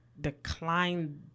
decline